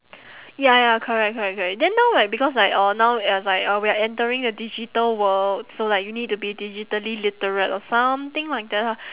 ya ya correct correct correct then now right because like uh now it's like uh we are entering a digital world so like you need to be like digitally literate or something like that ah